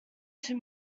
too